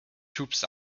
troops